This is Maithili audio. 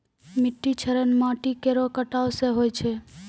मिट्टी क्षरण माटी केरो कटाव सें होय छै